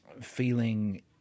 feeling